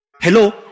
Hello